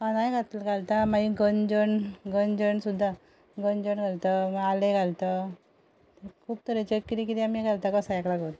पानांय घालता मागीर गंजण गंजण सुद्दां गंजण घालता आलें घालता खूब तरेचें कितें कितें आमी घालता कसायाक लागून